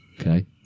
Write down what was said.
Okay